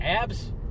abs